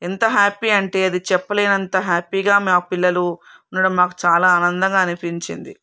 ఎంత హ్యాపీ అంటే అది చెప్పలేనంత హ్యాపీగా మా పిల్లలు ఉండడం మాకు చాలా ఆనందంగా అనిపించింది